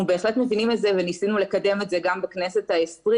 אנחנו בהחלט מבינים את זה וניסינו לקדם את זה גם בכנסת ה-20,